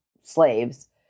slaves